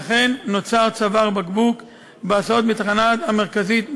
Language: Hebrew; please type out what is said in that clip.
ולכן נוצר צוואר בקבוק בהסעות מהתחנה המרכזית בבאר-שבע.